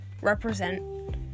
represent